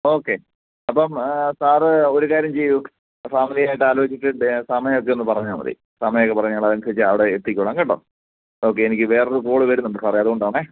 okay അപ്പം sir ഒരു കാര്യം ചെയ്യൂ ഫാമിലിയായിട്ട് ആലോചിച്ചിട്ട് സമയം ഒക്കെ ഒന്ന് പറഞ്ഞാൽ മതി സമയമൊക്കെ പറഞ്ഞാൽ ഞങ്ങളതിനനുസരിച്ച് അവിടെ എത്തിക്കോളാം കേട്ടോ ഓക്കെ എനിക്ക് വേറൊരു കോൾ വരുന്നുണ്ട് സാറേ അതുകൊണ്ടാണെ